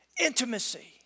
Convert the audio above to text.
Intimacy